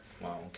Wow